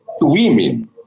women